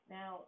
Now